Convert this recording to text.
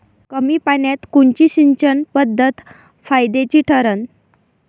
कमी पान्यात कोनची सिंचन पद्धत फायद्याची ठरन?